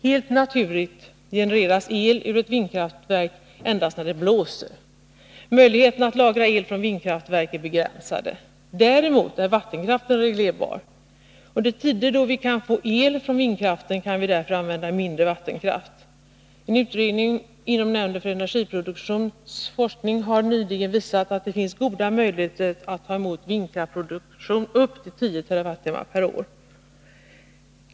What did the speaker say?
Helt naturligt genereras el ur ett vindkraftverk endast när det blåser. Möjligheterna att lagra el från vindkraftverk är begränsade. Däremot är vattenkraften reglerbar. Under tider då vi kan få el från vindkraften kan vi därför använda mindre vattenkraft. En utredning inom nämnden för energiproduktionsforskning har nyligen visat att det finns goda möjligheter att ta emot vindkraftproduktion upp till 10 TWh/år.